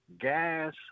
gas